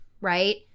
right